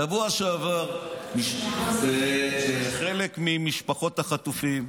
בשבוע שעבר חלק ממשפחות החטופים,